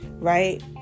Right